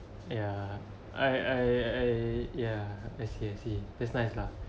yeah I I I yeah I see I see that's nice lah